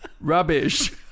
Rubbish